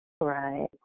Right